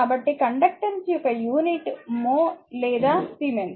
కాబట్టి కండక్టెన్స్ యొక్క unit mho లేదా సిమెన్స్